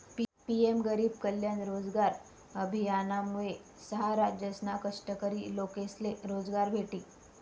PM गरीब कल्याण रोजगार अभियानमुये सहा राज्यसना कष्टकरी लोकेसले रोजगार भेटी